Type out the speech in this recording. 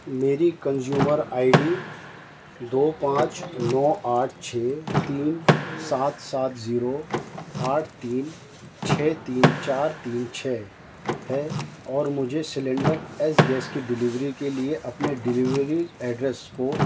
میری consumer I D دو پانچ نو آٹھ چھ تین سات سات زیرو آٹھ تین چھ تین چار تین چھ ہے اور مجھےسلینڈر ایس گیس کی ڈیلیوری کے لیے اپنے ڈیلیوری ایڈریس کو